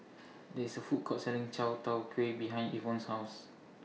There IS A Food Court Selling Chai Tow Kway behind Evon's House